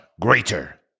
greater